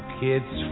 kids